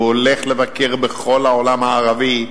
הוא הולך לבקר בכל העולם הערבי,